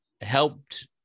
helped